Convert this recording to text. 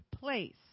place